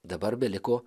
dabar beliko